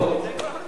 גם אנחנו נצביע,